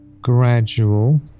gradual